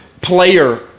player